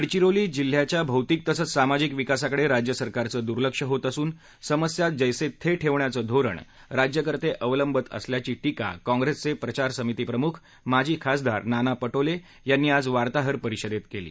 गडचिरोली जिल्ह्याच्या भौतिक तसंच सामाजिक विकासाकडे राज्य सरकारचं दुर्लक्ष होत असून समस्या जैसे थे ठेवण्याचं धोरण राज्यकर्ते अवलंबत असल्याची टीका काँप्रेसचे प्रचार समितीप्रमुख माजी खासदार नाना पटोले यांनी आज वार्ताहर परिषदेत केली